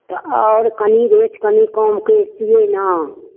तऽ आओर कनि रेट कनि कम करितियै ने